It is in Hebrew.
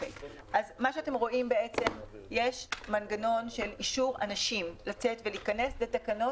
יש מנגנון של אישור אנשים לצאת ולהיכנס בתקנות